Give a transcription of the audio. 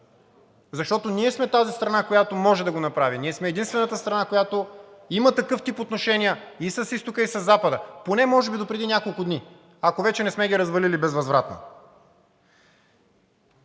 защото ние сме тази страна, която може да го направи. Ние сме единствената страна, която има такъв тип отношения и с Изтока, и със Запада – поне може би допреди няколко дни, ако вече не сме ги развалили безвъзвратно.